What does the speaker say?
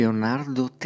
Leonardo